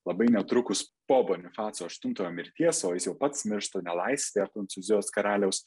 labai netrukus po bonifaco aštuntojo mirties o jis jau pats miršta nelaisvėje prancūzijos karaliaus